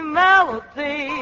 melody